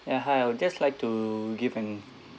ya hi I'll just like to give an